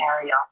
area